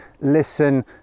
listen